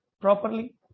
properly